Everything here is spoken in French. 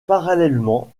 parallèlement